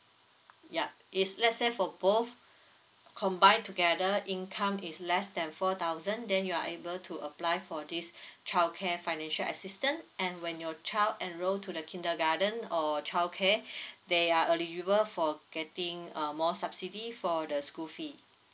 yup if let's say for both combine together income is less than four thousand then you are able to apply for this childcare financial assistance and when your child enrol to the kindergarten or childcare they are eligible for getting uh more subsidy for the school fees